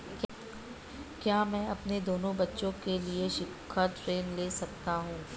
क्या मैं अपने दोनों बच्चों के लिए शिक्षा ऋण ले सकता हूँ?